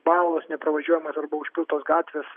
balos nepravažiuojamos arba užpiltos gatvės